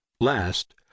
Last